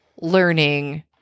learning